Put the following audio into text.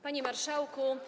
Panie Marszałku!